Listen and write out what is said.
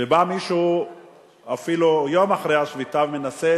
ובא מישהו אפילו יום אחרי השביתה ומנסה